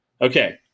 Okay